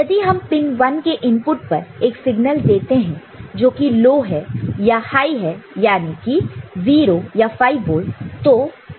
यदि हम पिन 1 के इनपुट पर एक सिग्नल देते हैं जो कि लो या हाय है याने की 0 या 5 वोल्ट